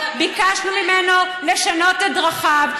ביקשנו ממנו לשנות את דרכיו,